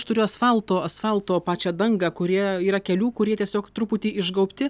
aš turiu asfalto asfalto pačią dangą kurie yra kelių kurie tiesiog truputį išgaubti